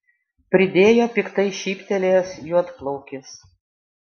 pridėjo piktai šyptelėjęs juodplaukis